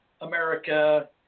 America